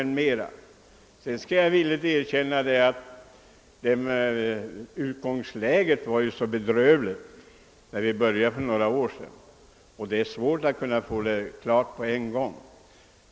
Jag skall villigt erkänna att utgångsläget, när vi började en upprustning på deita område för några år sedan, var bedrövligt och att det är svårt att kunna klara allting på en gång.